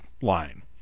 line